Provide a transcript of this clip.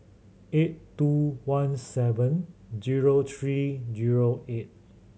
eight two one seven zero three zero eight